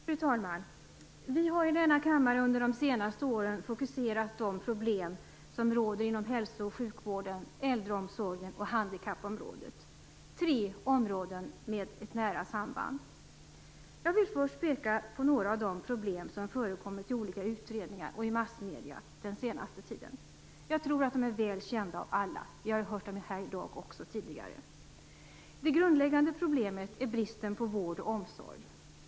Fru talman! Vi har i denna kammare under de senaste åren fokuserat på de problem som råder inom hälso och sjukvården, äldreomsorgen och handikappområdet. Det är tre områden med ett nära samband. Jag vill först peka på några av de problem som förekommit i olika utredningar och i massmedierna den senaste tiden. Jag tror att de är väl kända av alla. Vi har hört dem nämnas här i dag också tidigare. Det grundläggande problemet är bristen på vård och omsorg.